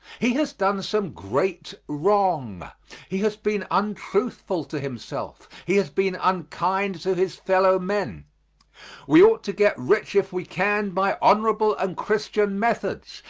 he has done some great wrong he has been untruthful to himself he has been unkind to his fellowmen. we ought to get rich if we can by honorable and christian methods,